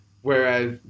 Whereas